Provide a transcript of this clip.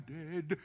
dead